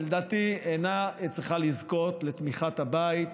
לדעתי היא אינה צריכה לזכות לתמיכת הבית.